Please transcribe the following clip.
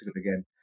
again